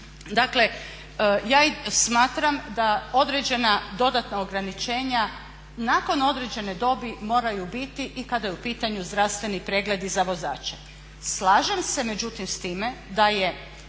dakle ja smatram da određena dodatna ograničenja nakon određene dobi moraju biti i kada je u pitanju zdravstveni pregled i za vozače. Slažem se međutim s time da je